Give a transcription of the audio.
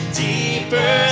deeper